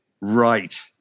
Right